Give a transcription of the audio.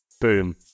Boom